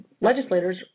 legislators